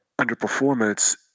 underperformance